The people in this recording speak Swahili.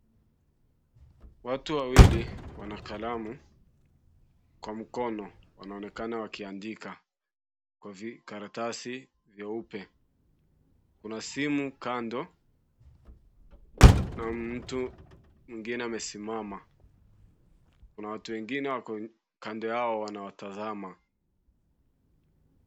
Watu wawili wana kalamu, kwa mkono wanaonekana wakiandika. Kwa karatasi, vya upe. Kuna simu kando, na mtu mwingine amesimama. Kuna watu wengine wako kando yao wana watazama.